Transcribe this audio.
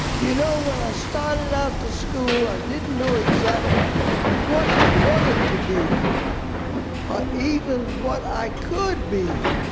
you know, when i started out to school, i didn't know exactly what i wanted to be or even what i could be.